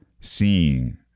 seeing